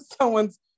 Someone's